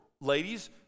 ladies